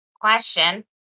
Question